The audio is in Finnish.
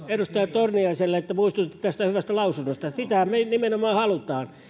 edustaja torniaiselle että muistutitte tästä hyvästä lausunnosta sitähän me nimenomaan haluamme